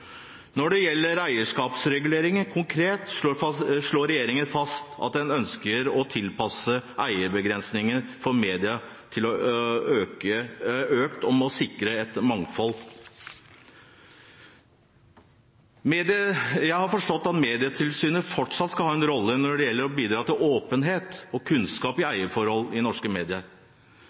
Når det gjelder eierskapsreguleringer konkret, slår regjeringen fast at den ønsker å tilpasse eierbegrensningene for medier til ønsket om å sikre mangfold. Jeg har forstått at Medietilsynet fortsatt skal ha en rolle når det gjelder å bidra til åpenhet og kunnskap om eierforhold i norske medier.